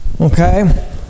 okay